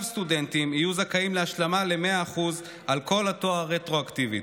סטודנטים יהיו זכאים להשלמה ל-100% על כל התואר רטרואקטיבית.